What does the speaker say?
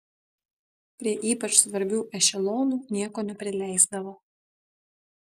prie ypač svarbių ešelonų nieko neprileisdavo